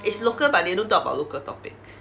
it's local but they don't talk about local topics